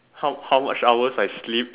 how how much hours I sleep